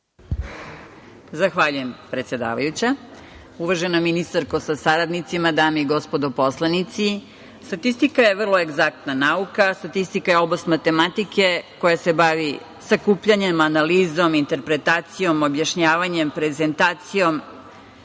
Zahvaljujem. Uvažena ministarko sa saradnicima, dame i gospodo poslanici, statistika je vrlo egzaktna nauka. Statistika je oblast matematike koja se bavi sakupljanjem, analizom, interpretacijom, objašnjavanjem, prezentacijom,